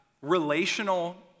relational